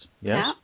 Yes